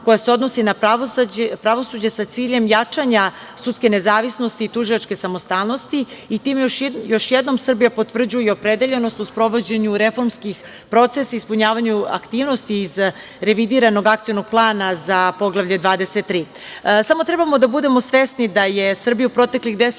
koja se odnosi na pravosuđe, sa ciljem jačanja sudske nezavisnosti i tužilačke samostalnosti. Time još jednom Srbija potvrđuje opredeljenost u sprovođenju reformskih procesa, ispunjavanju aktivnosti iz revidiranog akcionog plana za Poglavlje